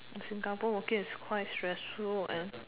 Singapore working is quite stressful and